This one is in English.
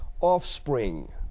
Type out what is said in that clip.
offspring